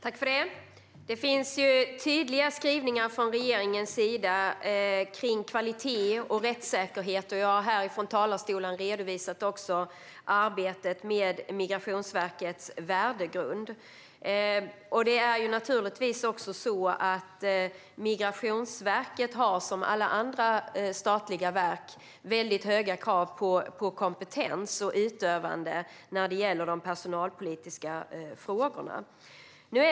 Fru talman! Det finns tydliga skrivningar från regeringens sida om kvalitet och rättssäkerhet. Jag har här från talarstolen redovisat arbetet med Migrationsverkets värdegrund. Migrationsverket har som alla andra statliga verk höga krav på kompetens och utövande i de personalpolitiska frågorna.